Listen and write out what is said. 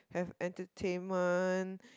have entertainment